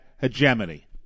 Hegemony